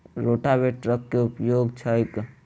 रोटावेटरक केँ उपयोग छैक?